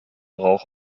rauch